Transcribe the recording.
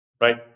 right